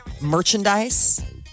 merchandise